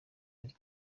ari